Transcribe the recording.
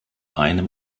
einem